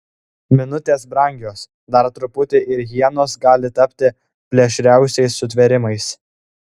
minutės brangios dar truputį ir hienos gali tapti plėšriausiais sutvėrimais